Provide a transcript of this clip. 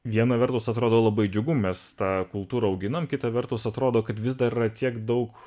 viena vertus atrodo labai džiugu mes tą kultūrą auginam kita vertus atrodo kad vis dar yra tiek daug